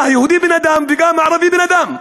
מה, היהודי בן-אדם וגם הערבי בן-אדם.